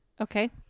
Okay